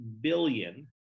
billion